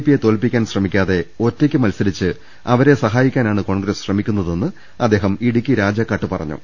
പിയെ തോൽപ്പിക്കാൻ ശ്രമിക്കാതെ ഒറ്റക്ക് മത്സരിച്ച് അവരെ സഹായിക്കാനാണ് കോൺഗ്രസ് ശ്രമിക്കുന്നതെന്ന് അദ്ദേഹം ഇടുക്കി രാജാക്കാട്ട് പറഞ്ഞു